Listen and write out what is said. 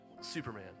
Superman